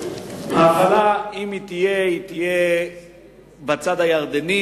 ההפעלה, אם היא תהיה, תהיה בצד הירדני.